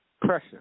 pressure